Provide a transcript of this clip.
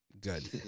good